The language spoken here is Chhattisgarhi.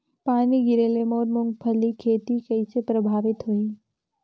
पानी गिरे ले मोर मुंगफली खेती कइसे प्रभावित होही?